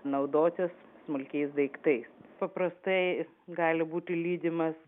naudotis smulkiais daiktais paprastai gali būti lydimas